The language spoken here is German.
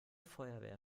feuerwehr